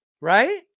Right